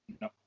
No